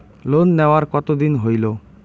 Loan নেওয়ার কতদিন হইল?